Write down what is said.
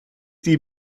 die